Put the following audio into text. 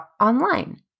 .online